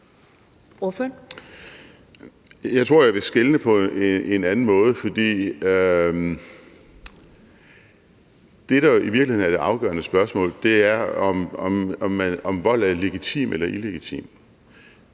Jeg tror, at jeg vil skelne på en anden måde. Det, der jo i virkeligheden er det afgørende spørgsmål, er, om vold er legitim eller illegitim.